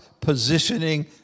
positioning